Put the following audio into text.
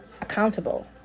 accountable